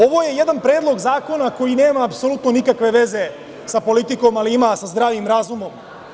Ovo je jedan predlog zakona koji nema apsolutno nikakve veze sa politikom, ali ima sa zdravim razumom.